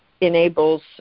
enables